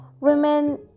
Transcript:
Women